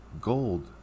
gold